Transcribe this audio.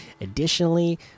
additionally